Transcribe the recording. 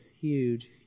huge